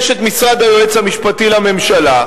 יש משרד היועץ המשפטי לממשלה,